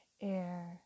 air